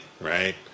right